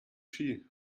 ski